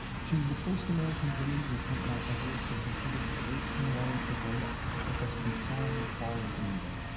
she was the first american woman to attempt mount everest and completed the great himalayan traverse across bhutan, nepal, and india.